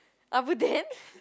abuden